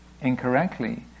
incorrectly